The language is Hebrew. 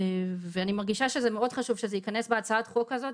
ואני מרגישה שזה מאוד חשוב שזה ייכנס בהצעת החוק הזאת.